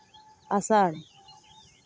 ᱟᱥᱟᱲ